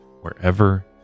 wherever